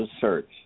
search